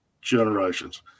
generations